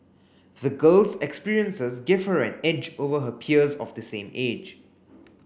the girl's experiences gave her an edge over her peers of the same age